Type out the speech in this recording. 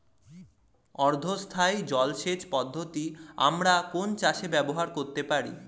অর্ধ স্থায়ী জলসেচ পদ্ধতি আমরা কোন চাষে ব্যবহার করতে পারি?